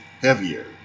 heavier